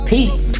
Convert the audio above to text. Peace